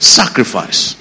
sacrifice